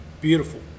beautiful